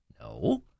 No